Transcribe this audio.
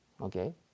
okay